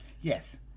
Yes